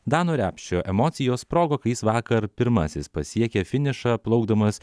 dano repšio emocijos sprogo kai jis vakar pirmasis pasiekė finišą plaukdamas